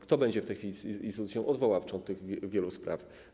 Kto będzie w tej chwili instytucją odwoławczą w tych wielu sprawach?